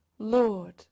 Lord